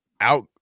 Out